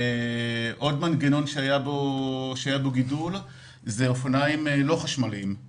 עוד מנגנון שהיה בו גידול זה אופניים לא חשמליים.